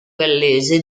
gallese